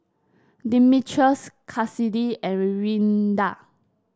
Dimitrios Kassidy and Rinda